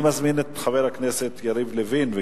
אני מזמין את חבר הכנסת יריב לוין להציג,